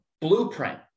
blueprint